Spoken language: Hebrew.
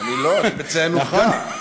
אני לא, אני מציין עובדה.